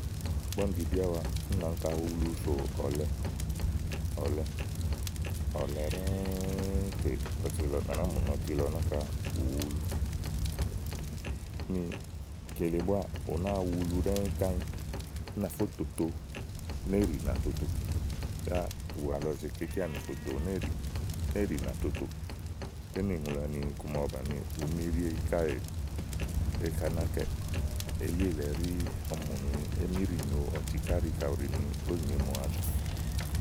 ígbɔ úni ɖiɖi áwa únà áŋka ɖiɖi áwa sò ɔ̀lɛ, ɔlɛ, ɔ̀lɛ ɖɛ́ɛ, tè à nàáa mù ni ɔti lɔ náka, ù wulu úni kele búáà ù nàáa wulu ɖɛ́ɛ to ányi ú nà fó toto, néèɖì nà tò oto nìlɔ ɖini ùwà lɔ zèe kè íkeanì fò dò néè ɖìì. néè ɖì nà toto ké nì iku màa ɔwɔ bàni, ùú míɖiéyi káèè éyi ká ná kɛ̀ɛ̀. elí èle ɔmi mù ni émíɖí nyòo ɔti kà kàɖi ù nì ówò nyòo ìmoà áɖì.